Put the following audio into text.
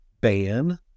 ban